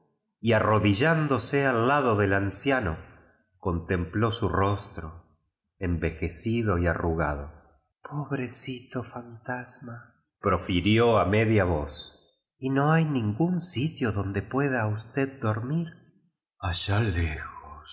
y arrodilla míos al lado del anciano contempló su rostro en vejeta ido y arrugado pobreeito fantasma profirió a medie voz y no hay ningún sitio dónde pueda usted dormir f allá lejos